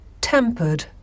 tempered